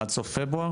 עד סוף פברואר?